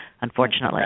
unfortunately